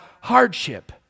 hardship